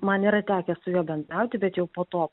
man yra tekę su juo bendrauti bet jau po to